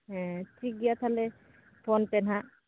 ᱦᱮᱸ ᱴᱷᱤᱠᱜᱮᱭᱟ ᱛᱟᱦᱚᱞᱮ ᱯᱷᱳᱱ ᱯᱮ ᱱᱟᱜ